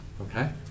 okay